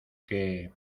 que